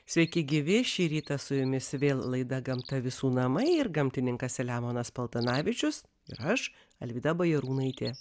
sveiki gyvi šį rytą su jumis vėl laida gamta visų namai ir gamtininkas selemonas paltanavičius ir aš alvyda bajarūnaitė